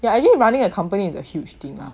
yeah actually running a company is a huge thing ah